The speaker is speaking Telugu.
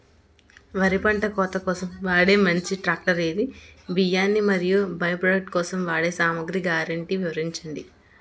వరి పంట కోత కోసం వాడే మంచి ట్రాక్టర్ ఏది? బియ్యాన్ని మరియు బై ప్రొడక్ట్ కోసం వాడే సామాగ్రి గ్యారంటీ వివరించండి?